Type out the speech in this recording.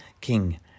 King